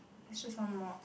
it's just one mod